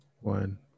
One